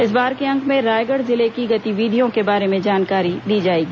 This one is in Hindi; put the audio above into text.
इस बार के अंक में रायगढ़ जिले की गतिविधियों के बारे में जानकारी दी जाएगी